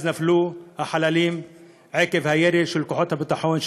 אז נפלו החללים עקב הירי של כוחות הביטחון,